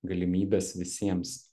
galimybes visiems